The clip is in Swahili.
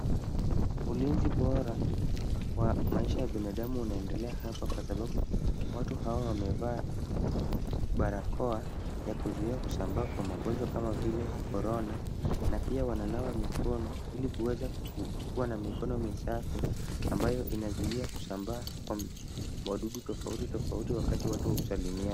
Ulinzi bora wa maisha ya binadamu unaendelea hapa kwa sababu watu hawa wamevaa barakoa ya kuzuia kusambaa kwa magonjwa kama vile korona na pia wananawa mikono ili kuweza kuwa na mikono safi ambayo inazuia kusambaa kwa wadudu tofauti tofauti wakati watu husalimiana.